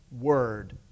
word